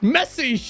Messy